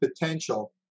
potential